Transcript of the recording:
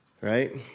right